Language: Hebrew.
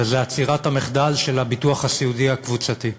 וזה עצירת המחדל של הביטוח הסיעודי הקבוצתי.